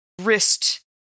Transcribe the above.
wrist